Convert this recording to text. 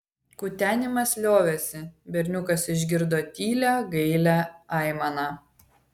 kutenimas liovėsi berniukas išgirdo tylią gailią aimaną